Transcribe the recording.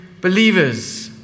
believers